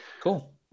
cool